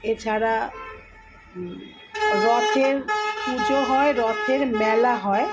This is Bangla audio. এছাড়া রথের পুজো হয় রথের মেলা হয়